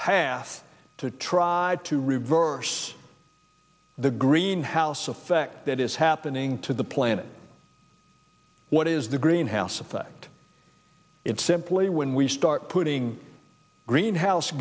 path to tried to reverse the greenhouse effect that is happening to the planet what is the greenhouse effect it's simply when we start putting greenhouse